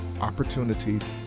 opportunities